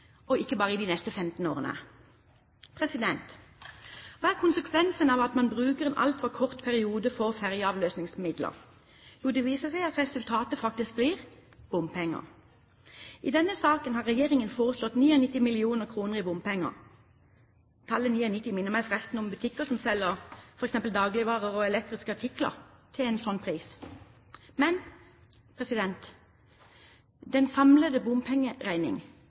og ikke bare for de neste 15 årene. Hva er konsekvensen av at man har en altfor kort periode med fergeavløsningsmidler? Jo, det viser seg at resultatet faktisk blir bompenger. I denne saken har regjeringen foreslått 99 mill. kr i bompenger. Tallet 99 minner meg forresten om butikker som selger f.eks. dagligvarer eller elektriske artikler til en slik pris. Den samlede bompengeregning